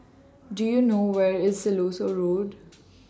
Do YOU know Where IS Siloso Road